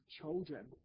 children